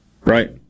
Right